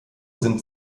sind